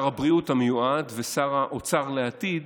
שר הבריאות המיועד ושר האוצר לעתיד,